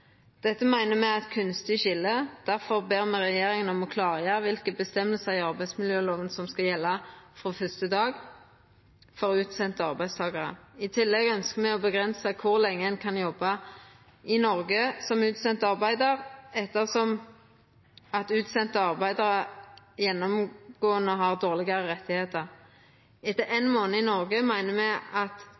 Dette meiner me er eit kunstig skilje. Derfor ber me regjeringa klargjera kva reglar i arbeidsmiljølova som skal gjelda frå første dag for utsende arbeidstakarar. I tillegg ønskjer me å avgrensa kor lenge ein kan jobba i Noreg som utsend arbeidar, ettersom utsende arbeidarar gjennomgåande har dårlegare rettar. Etter ein månad i Noreg meiner me at